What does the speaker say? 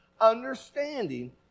Understanding